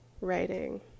writing